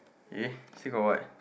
eh still got what